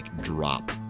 drop